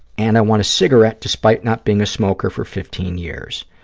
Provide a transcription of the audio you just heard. and i want a cigarette despite not being a smoker for fifteen years.